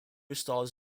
stars